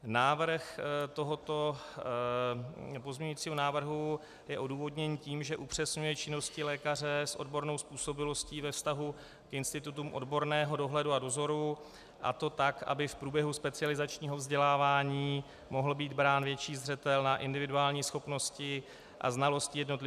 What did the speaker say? Návrh tohoto pozměňovacího návrhu je odůvodněn tím, že upřesňuje činnosti lékaře s odbornou způsobilostí ve vztahu k institutům odborného dohledu a dozoru, a to tak, aby v průběhu specializačního vzdělávání mohl být brán větší zřetel na individuální schopnosti a znalosti jednotlivých školenců.